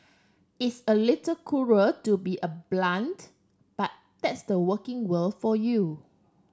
it's a little cruel to be a blunt but that's the working world for you